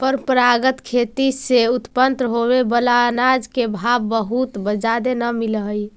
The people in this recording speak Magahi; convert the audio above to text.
परंपरागत खेती से उत्पन्न होबे बला अनाज के भाव बहुत जादे न मिल हई